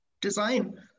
design